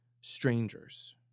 Strangers